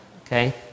okay